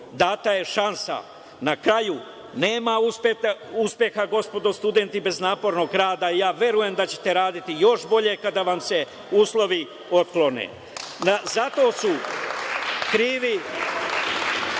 data je šansa. Na kraju, nema uspeha, gospodo studenti, bez napornog rada. Ja verujem da ćete raditi još bolje, kada vam se uslovi otklone. Za to su krivi,